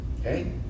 Okay